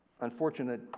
unfortunate